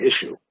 issue